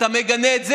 אתה מגנה את זה?